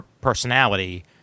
personality